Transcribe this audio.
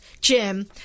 Jim